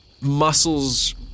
muscles